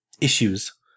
issues